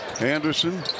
Anderson